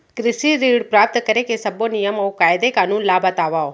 कृषि ऋण प्राप्त करेके सब्बो नियम अऊ कायदे कानून ला बतावव?